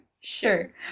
Sure